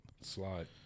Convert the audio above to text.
slide